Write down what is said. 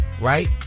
right